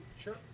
Sure